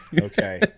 Okay